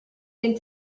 den